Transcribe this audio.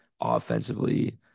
offensively